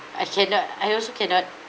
I cannot I also cannot